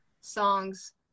songs